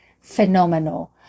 phenomenal